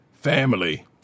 family